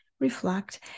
reflect